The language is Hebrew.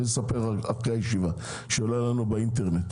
אספר אחרי הישיבה שלא יהיה באינטרנט.